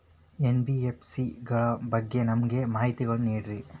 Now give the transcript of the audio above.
NBFC ಗಳ ಬಗ್ಗೆ ನಮಗೆ ಮಾಹಿತಿಗಳನ್ನ ನೀಡ್ರಿ?